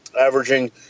averaging